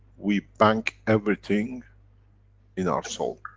we bank everything in our soul.